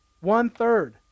One-third